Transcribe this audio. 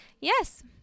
Yes